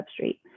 substrate